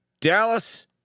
Dallas